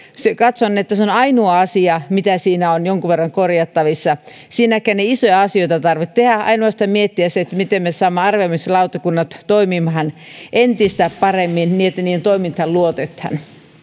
katson että se on ainut asia mikä siinä on jonkun verran korjattavissa siinäkään ei isoja asioita tarvitse tehdä ainoastaan miettiä se miten me saamme arvioimislautakunnat toimimaan entistä paremmin niin että niiden toimintaan luotetaan